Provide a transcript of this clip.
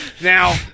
Now